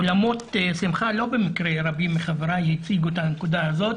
אולמות שמחה לא במקרה רבים מחבריי הציגו את הנקודה הזאת